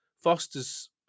Foster's